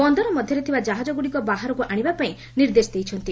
ବନ୍ଦର ମଧ୍ଧରେ ଥିବା ଜାହାଜଗୁଡିକ ବାହାରକୁ ଆଶିବା ପାଇଁ ନିର୍ଦ୍ଦେଶ ଦେଇଛନ୍ତି